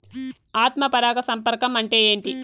ఆత్మ పరాగ సంపర్కం అంటే ఏంటి?